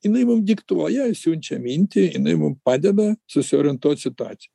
jinai mum diktuoja siunčia mintį jinai mum padeda susiorientuot situacijo